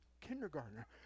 Kindergartner